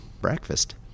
breakfast